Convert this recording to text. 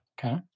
Okay